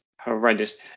horrendous